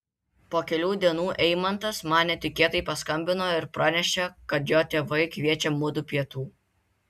po kelių dienų eimantas man netikėtai paskambino ir pranešė kad jo tėvai kviečia mudu pietų